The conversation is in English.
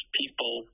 people